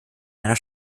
einer